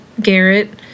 Garrett